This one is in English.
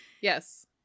yes